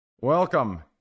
Welcome